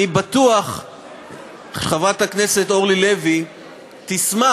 אני בטוח שחברת הכנסת אורלי לוי תשמח